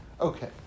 Okay